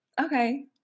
Okay